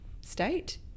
state